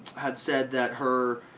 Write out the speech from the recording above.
had said that her